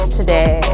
today